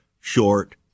short